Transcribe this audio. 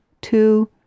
two